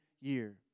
year